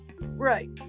right